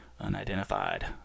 unidentified